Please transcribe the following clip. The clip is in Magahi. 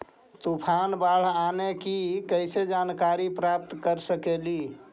तूफान, बाढ़ आने की कैसे जानकारी प्राप्त कर सकेली?